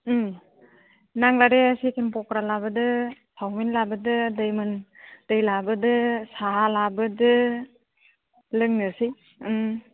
नांला दे चिकेन पकरा लाबोदो चावमिन लाबोदो दै लाबोदो साहा लाबोदो लोंनोसै